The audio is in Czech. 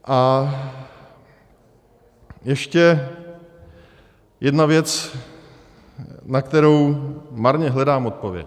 A ještě jedna věc, na kterou marně hledám odpověď.